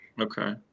Okay